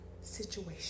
situation